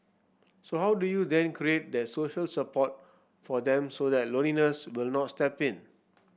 so how do you then create that social support for them so that loneliness will not step in